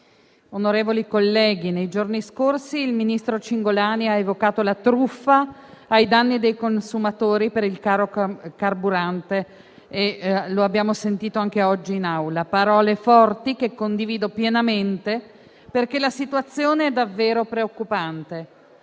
Presidente, nei giorni scorsi il ministro Cingolani ha evocato la truffa ai danni dei consumatori per il caro carburante e lo abbiamo sentito anche oggi in Aula; parole forti che condivido pienamente, perché la situazione è davvero preoccupante.